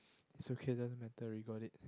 it's okay doesn't matter we got it